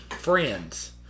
friends